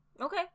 Okay